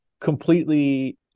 Completely